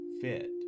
fit